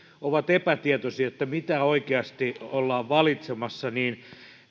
ovat epätietoisia mitä oikeasti ollaan valitsemassa niin